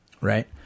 right